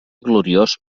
gloriós